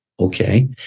Okay